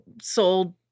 sold